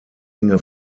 enge